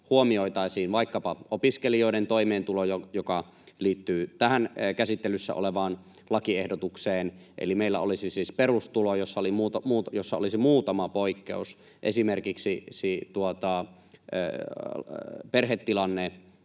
huomioitaisiin vaikkapa opiskelijoiden toimeentulo, joka liittyy tähän käsittelyssä olevaan lakiehdotukseen. Eli meillä olisi siis perustulo, jossa olisi muutama poikkeus, esimerkiksi perhetilanne,